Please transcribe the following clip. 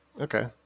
Okay